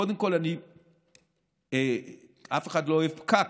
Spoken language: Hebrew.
קודם כול, אף אחד לא אוהב פקק,